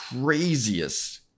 craziest